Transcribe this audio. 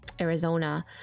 arizona